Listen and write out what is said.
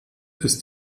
ist